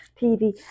TV